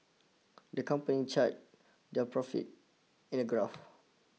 the company charted their profit in a graph